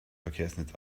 verkehrsnetz